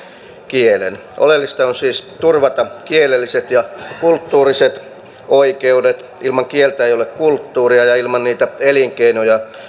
kielen oleellista on siis turvata kielelliset ja kulttuuriset oikeudet ilman kieltä ei ole kulttuuria ja ja ilman niitä elinkeinoja